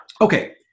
Okay